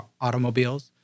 automobiles